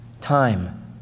Time